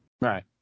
Right